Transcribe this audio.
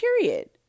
period